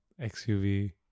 XUV